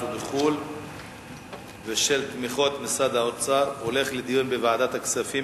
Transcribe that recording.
ובחו"ל ושל תמיכות משרד האוצר הולך לדיון בוועדת הכספים,